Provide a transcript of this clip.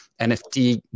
NFT